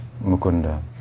Mukunda